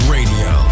Radio